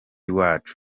iwacu